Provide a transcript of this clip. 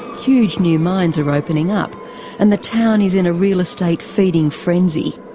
huge new mines are opening up and the town is in a real estate feeding frenzy.